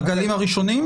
בגלים הראשונים?